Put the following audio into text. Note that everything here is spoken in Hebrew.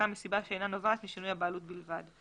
מסיבה שאינה נובעת משינוי הבעלות בלבד.